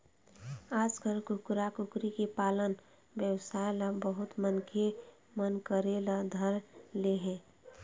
आजकाल कुकरा, कुकरी के पालन बेवसाय ल बहुत मनखे मन करे ल धर ले हे